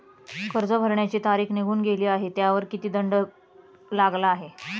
कर्ज भरण्याची तारीख निघून गेली आहे त्यावर किती दंड लागला आहे?